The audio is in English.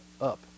up